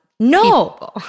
No